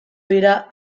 dira